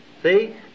See